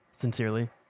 Sincerely